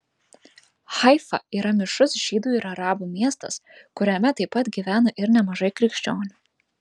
haifa yra mišrus žydų ir arabų miestas kuriame taip pat gyvena ir nemažai krikščionių